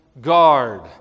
guard